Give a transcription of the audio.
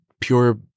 pure